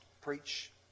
preach